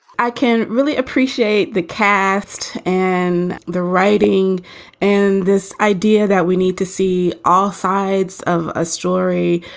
i can really appreciate the cast and the writing and this idea that we need to see all sides of a story,